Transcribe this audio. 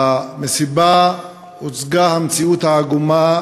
במסיבת העיתונאים הוצגה המציאות העגומה,